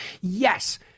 yes